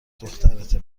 دخترته